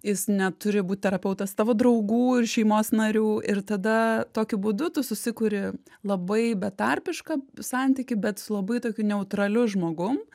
jis neturi būti terapeutas tavo draugų ir šeimos narių ir tada tokiu būdu tu susikuri labai betarpišką santykį bet su labai tokiu neutraliu žmogum